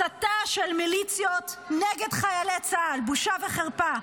הסתה של מיליציות נגד חיילי צה"ל, בושה וחרפה.